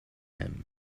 him